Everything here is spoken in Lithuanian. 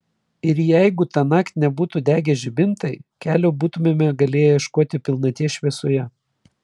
ir jeigu tąnakt nebūtų degę žibintai kelio būtumėme galėję ieškoti pilnaties šviesoje